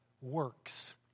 works